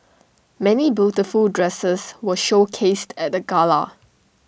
many beautiful dresses were showcased at the gala